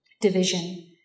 division